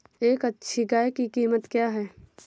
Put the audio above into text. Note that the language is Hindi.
एक अच्छी गाय की कीमत क्या है?